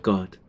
God